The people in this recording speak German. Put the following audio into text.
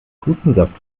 hustensaft